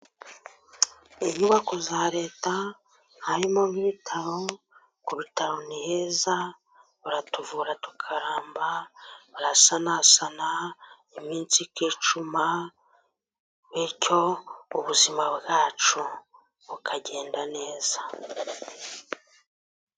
Inyubako za leta harimo nk'ibitaro, ku bitaro ni heza, baratuvura tukaramba, barasanasana iminsi ikicuma, bityo ubuzima bwacu bukagenda neza.